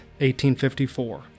1854